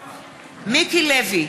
לוי,